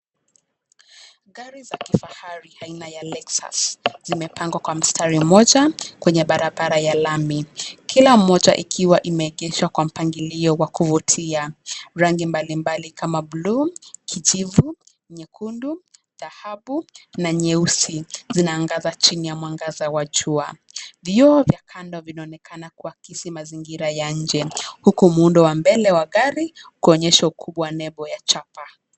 Gari za kifahari aina ya Lexus, zimepangwa kwa mstari mmoja kwenye barabara ya lami; kila mmoja ikiwa imeegeshwa kwa mpangilio wa kuvutia. Rangi mbalimbali kama buluu, kijivu, nyekundu, dhahabu na nyeusi zinaangaza chini ya mwangaza wa jua. Vioo vya kando vinaonekana kuakisi mazingira ya nje, huku muundo wa mbele wa gari kuonyesha ukubwa wa nembo ya chapa.